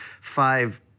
five